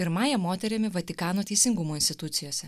pirmąja moterimi vatikano teisingumo institucijose